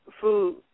Food